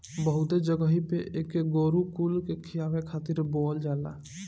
बहुते जगही पे एके गोरु कुल के खियावे खातिर बोअल जाला